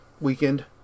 weekend